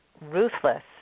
ruthless